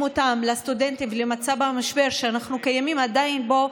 אותם לסטודנטים ולמצב המשבר שאנחנו עדיין נמצאים בו,